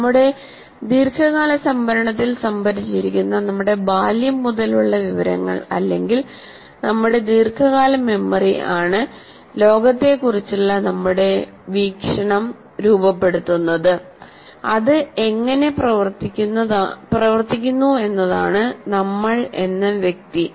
നമ്മുടെ ദീർഘകാല സംഭരണത്തിൽ സംഭരിച്ചിരിക്കുന്ന നമ്മുടെ ബാല്യം മുതൽ ഉള്ള വിവരങ്ങൾ അല്ലെങ്കിൽ നമ്മുടെ ദീർഘകാല മെമ്മറിആണ് ലോകത്തെ കുറിച്ചുള്ള നമ്മുടെ വീക്ഷണം രൂപപ്പെടുത്തുന്നത് അത് എങ്ങനെ പ്രവർത്തിക്കുന്നു എന്നതാണ് നമ്മൾ എന്ന വ്യക്തി